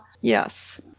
Yes